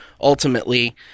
ultimately